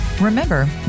Remember